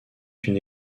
une